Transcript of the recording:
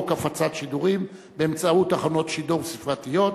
הפצת שידורים באמצעות תחנות שידור ספרתיות,